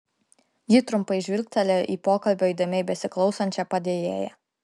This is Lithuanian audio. ji trumpai žvilgtelėjo į pokalbio įdėmiai besiklausančią padėjėją